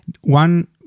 one